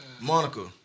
Monica